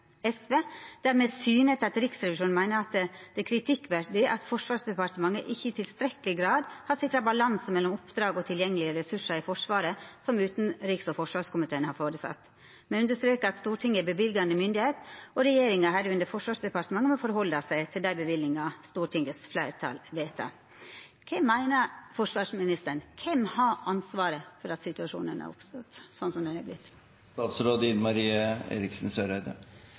SV der me syner til at «Riksrevisjonen mener det er kritikkverdig at Forsvarsdepartementet ikke i tilstrekkelig grad har sikret balanse mellom oppdrag og tilgjengelige ressurser i Forsvaret som forutsatt av utenriks- og forsvarskomiteen. Disse medlemmer vil understreke at Stortinget er bevilgende myndighet, og regjeringen, herunder Forsvarsdepartementet, må forholde seg til de bevilgninger Stortingets flertall vedtar». Kva meiner forsvarsministeren? Kven har ansvaret for at situasjonen har oppstått, slik han har gjort? Jeg var inne på det i høringen, og det er